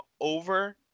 over